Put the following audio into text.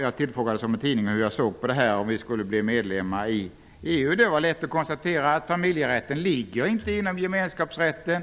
Jag tillfrågades av en tidning hur jag såg på detta uttalande om Sverige skulle bli medlem i EU. Det var lätt att konstatera att familjerätten inte ligger inom gemenskapsrätten.